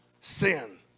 sin